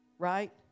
Right